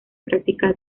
práctica